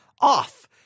off